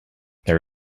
there